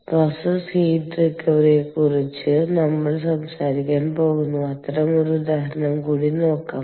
process heat റിക്കവറിയെക്കുറിച്ച് നമ്മൾ സംസാരിക്കാൻ പോകുന്ന അത്തരം ഒരു ഉദാഹരണം കൂടി നോക്കാം